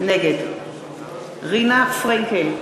נגד רינה פרנקל,